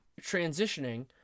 transitioning